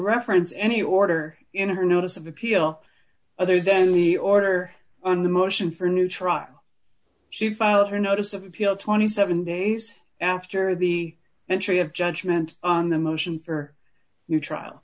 reference any order in her notice of appeal other than the order on the motion for new trial she filed her notice of appeal twenty seven dollars days after the entry of judgment on the motion for new trial